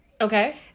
Okay